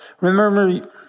Remember